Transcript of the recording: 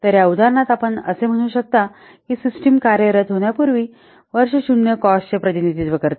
तर या उदाहरणात आपण असे म्हणू शकता की सिस्टम कार्यरत होण्यापूर्वी वर्ष 0 कॉस्टचे प्रतिनिधित्व करते